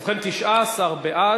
ובכן, 19 בעד,